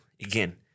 again